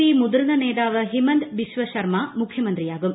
P മുതിർന്ന നേതാവ് ഹിമന്ദ ബിശ്വ ശർമ മുഖ്യമന്ത്രിയാകും